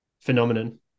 phenomenon